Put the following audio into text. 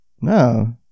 No